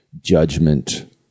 judgment